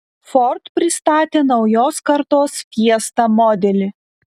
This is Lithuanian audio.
ford pristatė naujos kartos fiesta modelį